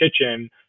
kitchen